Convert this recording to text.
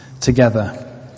together